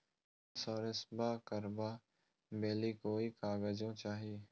इंसोरेंसबा करबा बे ली कोई कागजों चाही?